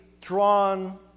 drawn